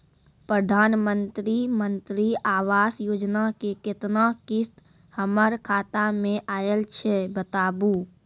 प्रधानमंत्री मंत्री आवास योजना के केतना किस्त हमर खाता मे आयल छै बताबू?